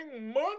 money